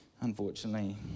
unfortunately